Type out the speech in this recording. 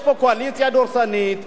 יש פה קואליציה דורסנית,